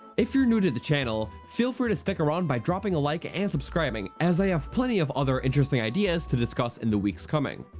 if you're new to the channel, feel free to stick around by dropping a like and subscribing, as i have plenty of other interesting ideas to discuss in the weeks coming.